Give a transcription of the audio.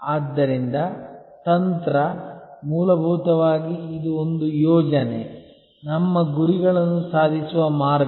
ಆದ್ದರಿಂದ ತಂತ್ರ ಮೂಲಭೂತವಾಗಿ ಇದು ಒಂದು ಯೋಜನೆ ನಮ್ಮ ಗುರಿಗಳನ್ನು ಸಾಧಿಸುವ ಮಾರ್ಗ